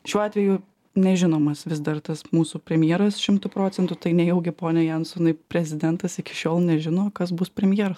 šiuo atveju nežinomas vis dar tas mūsų premjeras šimtu procentų tai nejaugi pone jansonai prezidentas iki šiol nežino kas bus premjeras